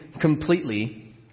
completely